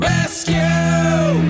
Rescue